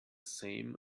same